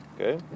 okay